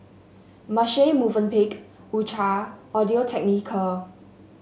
Marche Movenpick U Cha Audio Technica